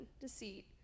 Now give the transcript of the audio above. deceit